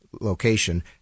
location